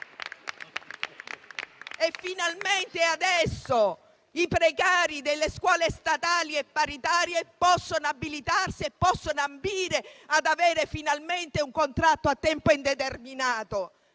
E finalmente adesso i precari delle scuole statali e paritarie possono abilitarsi e ambire ad avere finalmente un contratto a tempo indeterminato.